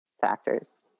factors